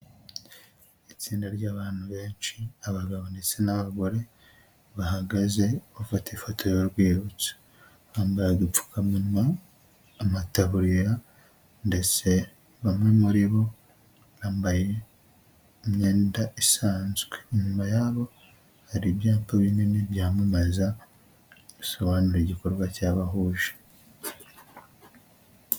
Itsinda ry'abantu benshi abagabo ndetse n'abagore bahagaze bafata ifoto y'urwibutso, bambaye udupfukamunwa, amataburiya ndetse bamwe muri bo bambaye imyenda isanzwe, inyuma yaho hari ibyapa binini byamamaza basobanura igikorwa cyabahuje.